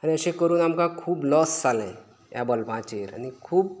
आनी अशें करून आमकां खूब लाॅस जालें त्या बल्बाचेर आनी खूब